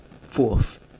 fourth